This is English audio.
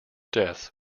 deaths